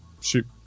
shoot